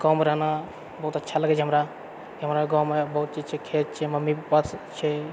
गाँवमे रहना बहुत अच्छा लगैत छै हमरा हमरा गाँवमे बहुतचीज छै खेत छै मम्मी पप्पा सब छै